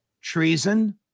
treason